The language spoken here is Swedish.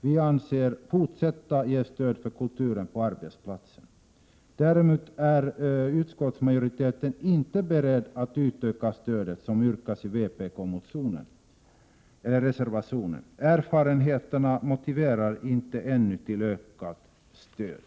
Vi anser att man skall fortsätta att ge stöd till kulturen på arbetsplatserna. Däremot är utskottsmajoriteten inte beredd att utöka stödet, som yrkas i vpk-reservationen. Erfarenheterna motiverar ännu inte ökat stöd.